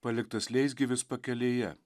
paliktas leisgyvis pakelėje